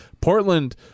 portland